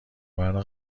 مرا